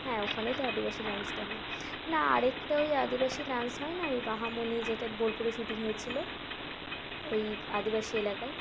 হ্যাঁ ওখানে তো আদিবাসী ডান্সটা হয় না আর একটা ওই আদিবাসী ডান্স হয় না ওই বাহামণি যেটা বোলপুরে শুটিং হয়েছিলো বাওই আদিবাসী এলাকায়